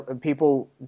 people